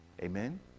Amen